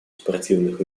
спортивных